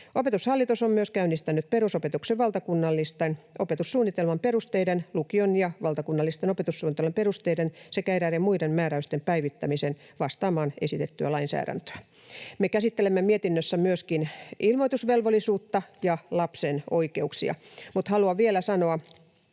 Opetushallitus on myös käynnistänyt perusopetuksen valtakunnallisten opetussuunnitelman perusteiden, lukion valtakunnallisten opetussuunnitelman perusteiden sekä eräiden muiden määräysten päivittämisen vastaamaan esitettyä lainsäädäntöä. Me käsittelemme mietinnössä myöskin ilmoitusvelvollisuutta ja lapsen oikeuksia. Mutta haluan vielä sanoa